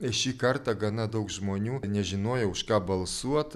šį kartą gana daug žmonių nežinojo už ką balsuot